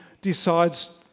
decides